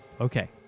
okay